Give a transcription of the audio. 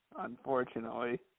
Unfortunately